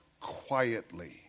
quietly